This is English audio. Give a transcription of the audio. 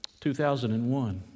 2001